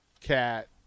cat